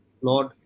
lord